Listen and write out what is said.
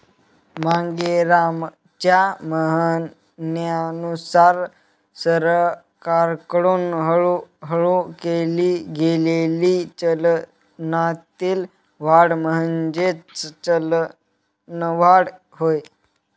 मांगेरामच्या म्हणण्यानुसार सरकारकडून हळूहळू केली गेलेली चलनातील वाढ म्हणजेच चलनवाढ होय